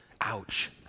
ouch